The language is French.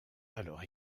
alors